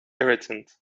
irritant